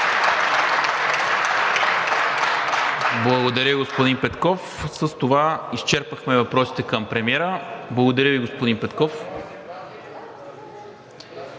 Благодаря, господин Петков. С това изчерпахме въпросите към премиера. Благодаря Ви, господин Петков.